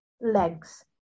Legs